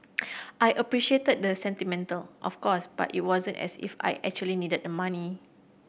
I appreciated that the sentiment of course but it wasn't as if I actually needed the money